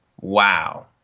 wow